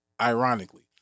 ironically